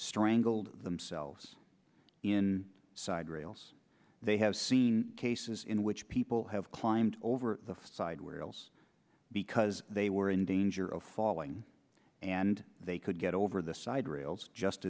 strangled themselves in side rails they have seen cases in which people have climbed over the side where else because they were in danger of falling and they could get over the